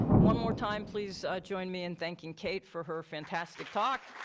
one more time, please join me in thanking kate for her fantastic talk.